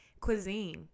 Cuisine